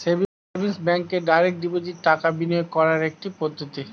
savings ব্যাঙ্কে direct deposit টাকা বিনিয়োগ করার একটি পদ্ধতি